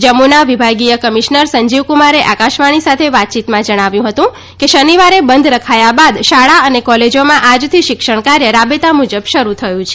જમ્મુના વિભાગીય કમિશનર સંજીવ કુમારે આકાશવાણી સાથે વાતચીતમાં જણાવ્યું હતું કે શનિવારે બંધ રખાયા બાદ શાળા અને કોલેજોમાં આજથી શિક્ષણ કાર્ય રાબેતા મુજબ શરૂ થયું છે